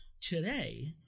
today